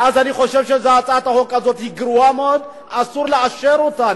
אז אני חושב שהצעת החוק הזאת היא גרועה מאוד ואסור לאשר אותה.